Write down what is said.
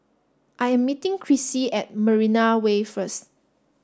I am meeting Krissy at Marina Way first